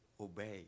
obey